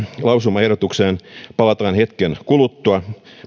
lausumaehdotukseen palataan hetken kuluttua